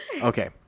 Okay